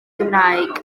cymraeg